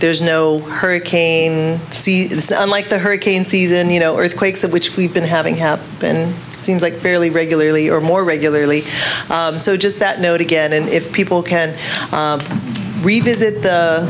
there's no hurricane like the hurricane season you know earthquakes of which we've been having have been seems like fairly regularly or more regularly so just that note again and if people can revisit the